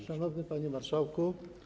Szanowny Panie Marszałku!